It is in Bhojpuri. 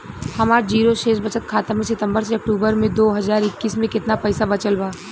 हमार जीरो शेष बचत खाता में सितंबर से अक्तूबर में दो हज़ार इक्कीस में केतना पइसा बचल बा?